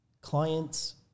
clients